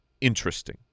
interesting